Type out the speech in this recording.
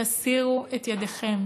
תסירו את ידיכם